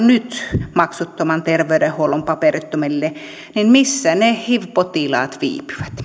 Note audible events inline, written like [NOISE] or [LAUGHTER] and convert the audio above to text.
[UNINTELLIGIBLE] nyt maksuttoman terveydenhuollon paperittomille niin missä ne hiv potilaat viipyvät